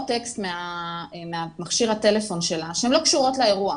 טקסט ממכשיר הטלפון שלה שהן לא קשורות לאירוע,